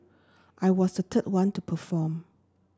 i was the third one to perform